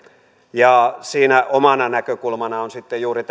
ja siinä omana näkökulmanani on sitten juuri